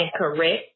correct